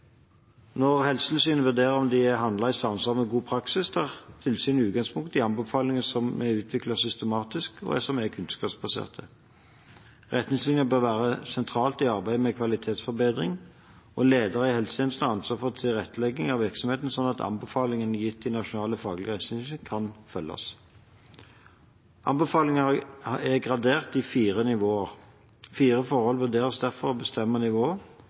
Når Helsetilsynet vurderer om det er handlet i samsvar med god praksis, tar tilsynet utgangspunkt i anbefalinger som er utviklet systematisk, og som er kunnskapsbasert. Retningslinjen bør være sentral i arbeidet med kvalitetsforbedring. Ledere i helsetjenesten har ansvar for tilrettelegging av virksomheten, slik at anbefalinger gitt i Nasjonal faglig retningslinje kan følges. Anbefalingene er gradert i fire nivåer. Fire forhold vurderes derfor å bestemme nivået: